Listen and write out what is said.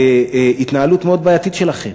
מהתנהלות מאוד בעייתית שלכם.